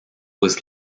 was